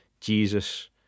Jesus